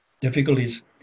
difficulties